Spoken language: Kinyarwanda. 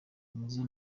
nizo